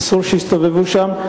אסור שיסתובבו שם,